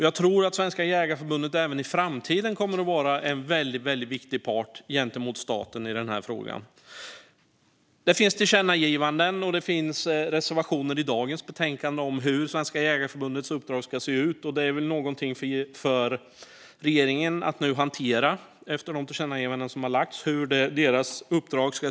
Jag tror att Svenska Jägareförbundet även i framtiden kommer att vara en väldigt viktig part gentemot staten i denna fråga. Det finns tillkännagivanden, och även reservationer i dagens betänkande, om hur Svenska Jägareförbundets uppdrag ska se ut i framtiden. Detta är väl någonting för regeringen att hantera efter de tillkännagivanden som har lämnats.